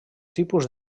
tipus